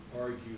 argue